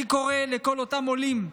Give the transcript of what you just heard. אני קורא לכל אותם עולים: